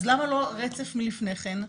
אז למה לא רצף מלפני כן?